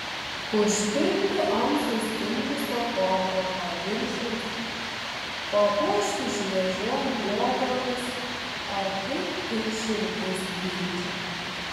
užpilti ant sustingusio torto paviršiaus papuošti šviežiom uogomis ar kaip tik širdis geidžia